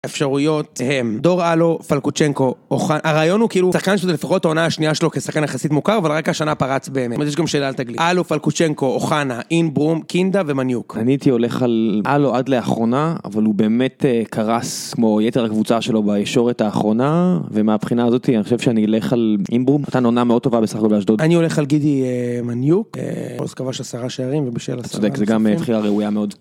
אפשרויות הם, דור אלו, פלקוצ'נקו, אוחנה, הרעיון הוא כאילו שחקן שזה לפחות העונה השנייה שלו כשחקן יחסית מוכר, אבל רק השנה פרץ באמת, יש גם שאלה על תגלית, אלו, פלקוצ'נקו, אוחנה, אינברום, קינדה ומניוק. אני הייתי הולך על אלו עד לאחרונה, אבל הוא באמת קרס כמו יתר הקבוצה שלו בישורת האחרונה, ומהבחינה הזאתי אני חושב שאני אלך על אינברום, נתן עונה מאוד טובה בסך הכל באשדוד. אני הולך על גידי מניוק, עוז כבש עשרה שערים, ובשביל עשרה שערים... צודק, זה גם בחירה ראויה מאוד.